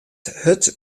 hurd